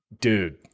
Dude